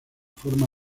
forma